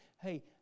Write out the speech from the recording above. Hey